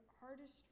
hardest